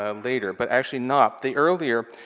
ah later, but actually not, the earlier.